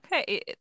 Okay